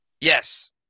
Yes